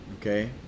okay